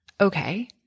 Okay